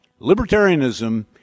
Libertarianism